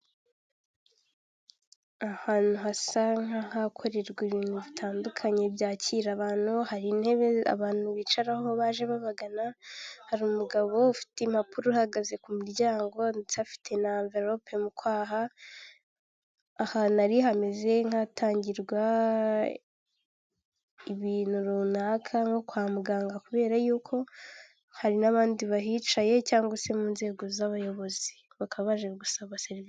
Ahantu hasa nk'akorerwa ibintu bitandukanye byakira abantu hari intebe abantu bicaraho baje babagana, hari umugabo ufite impapuro uhagaze ku miryango ndetse afite na anvelope mu kwaha, ahantu nari hameze nk'atangirwa ibintu runaka nko kwa muganga kubera yuko hari n'abandi bahicaye cyangwa se mu nzego z'abayobozi, bakaba baje gusaba serivisi.